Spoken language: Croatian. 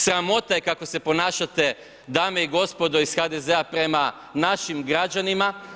Sramota je kako se ponašate, dame i gospodo iz HDZ-a prema našim građanima.